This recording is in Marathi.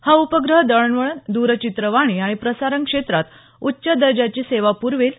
हा उपग्रह दळणवळण द्रचित्रवाणी आणि प्रसारण क्षेत्रात उच्च दर्जाची सेवा पुरवेल